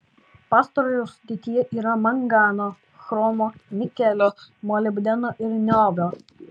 pastarojo sudėtyje yra mangano chromo nikelio molibdeno ir niobio